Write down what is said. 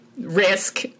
risk